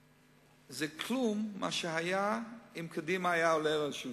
זה כלום לעומת מה שהיה לו עלתה קדימה לשלטון,